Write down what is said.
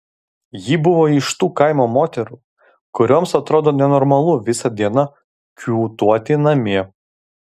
ji buvo iš tų kaimo moterų kurioms atrodo nenormalu visą dieną kiūtoti namie